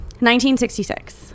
1966